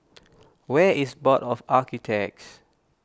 where is Board of Architects